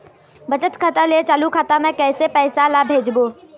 बचत खाता ले चालू खाता मे कैसे पैसा ला भेजबो?